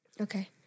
Okay